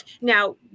Now